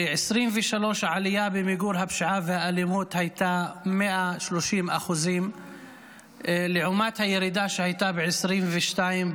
ב-2023 העלייה בפשיעה והאלימות הייתה 130%. לעומת הירידה שהייתה ב-2022,